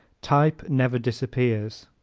type never disappears